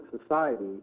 society